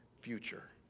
future